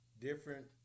different